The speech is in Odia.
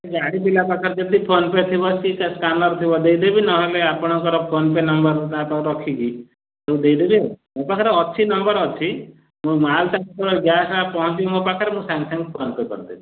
ସେ ପିଲା ପାଖରେ ଯଦି ଫୋନପେ ଥିବ କି ସ୍କାନର ଥିବ ଦେଇଦେବି ନହେଲେ ଆପଣଙ୍କର ଫୋନପେ ନମ୍ବରଟା ତା ପାଖରୁ ରଖିକି ତାକୁ ଦେଇଦେବି ଆଉ ମୋ ପାଖରେ ଅଛି ନମ୍ବର ଅଛି ମୋ ମାଲଟା ଗ୍ୟାସ ପହଞ୍ଚିକି କି ମୋ ପାଖରେ ମୁଁ ସାଙ୍ଗେ ସାଙ୍ଗେ ଫୋନପେ କରିଦେବି